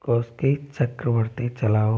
चक्रवर्ती चलाओ